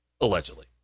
Allegedly